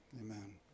Amen